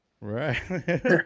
Right